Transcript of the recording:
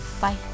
Bye